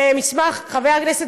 חבר הכנסת